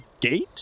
gate